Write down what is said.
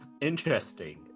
Interesting